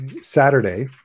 Saturday